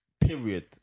period